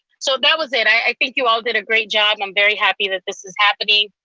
so that was it. i think you all did a great job. i'm very happy that this is happening.